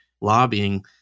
lobbying